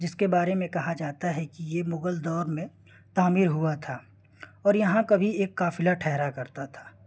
جس کے بارے میں کہا جاتا ہے کہ یہ مغل دور میں تعمیر ہوا تھا اور یہاں کبھی ایک قافلہ ٹھہرا کرتا تھا